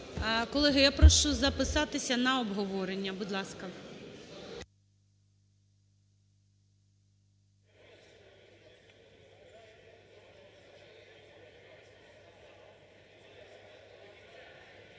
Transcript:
Колеги, я прошу записатися на обговорення, будь ласка.